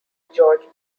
george